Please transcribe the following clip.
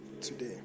today